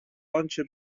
آنچه